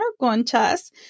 conchas